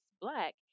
black